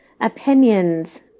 opinions